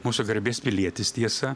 mūsų garbės pilietis tiesa